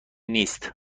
نیست